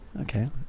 Okay